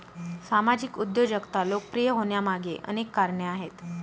सामाजिक उद्योजकता लोकप्रिय होण्यामागे अनेक कारणे आहेत